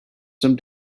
some